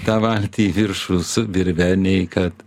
tą valtį į viršų su virve nei kad